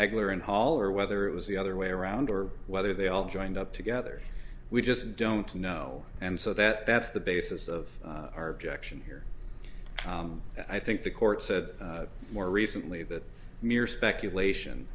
legler and hall or whether it was the other way around or whether they all joined up together we just don't know and so that that's the basis of our objection here i think the courts said more recently that mere speculation